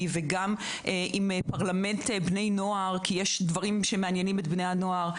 וגם עם פרלמנט בני נוער כי יש דברים שמעניינים את בני הנוער.